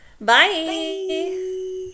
Bye